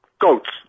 Goats